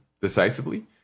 decisively